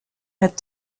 had